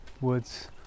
woods